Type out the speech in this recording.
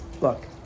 Look